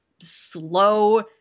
slow